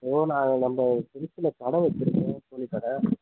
ஓ நான் நம்ப திருச்சியில கடை வச்சிருக்கேன் கோழி கடை